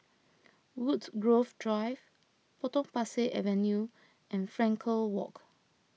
Woodgrove Drive Potong Pasir Avenue and Frankel Walk